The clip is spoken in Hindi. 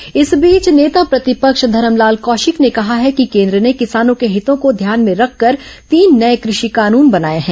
कौशिक किसान पंचायत इस बीच नेता प्रतिपक्ष धरमलाल कौशिक ने कहा है कि केन्द्र ने किसानों के हितों को ध्यान में रखकर तीन नये कृषि कानून बनाए हैं